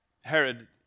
Herod